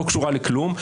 לא קשורה לכלום,